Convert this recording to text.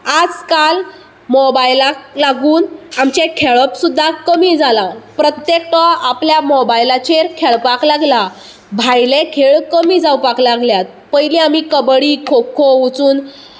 आजकाल मोबायलाक लागून आमचे खेळप सुद्दां कमी जाला प्रत्येकटो आपल्या मोबायलाचेर खेळपाक लागला भायले खेळ कमी जावपाक लागल्यात पयली आमी कबड्डी खोखो वचून